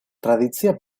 tradicia